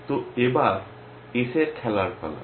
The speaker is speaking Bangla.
তো এবার S এর খেলার পালা